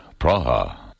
Praha